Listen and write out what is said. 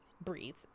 breathe